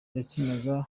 yakinaga